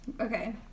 Okay